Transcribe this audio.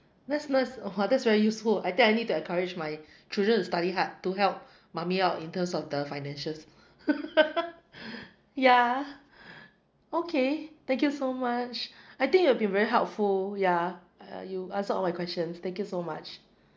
that's mas~ !wah! that's very useful I think I need to encourage my children to study hard to help mummy out in terms of the financials yeah okay thank you so much I think you've been very helpful yeah uh you answered all my questions thank you so much